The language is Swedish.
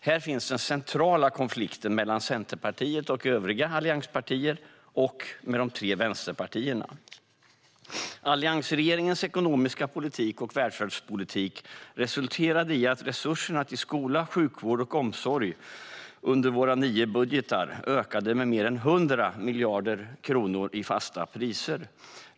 Här finns den centrala konflikten mellan å ena sidan Centerpartiet och övriga allianspartier och å andra sidan de tre vänsterpartierna. Alliansregeringens ekonomiska politik och välfärdspolitik resulterade i att resurserna till skola, sjukvård och omsorg med våra nio budgetar ökade med mer än 100 miljarder kronor i fasta priser.